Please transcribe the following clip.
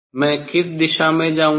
मैं किस दिशा में जाऊंगा